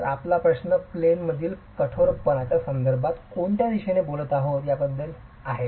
तर आपला प्रश्न प्लेन मधील कठोरपणाच्या संदर्भात आपण कोणत्या दिशेने बोलत आहोत याबद्दल आहे